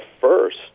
first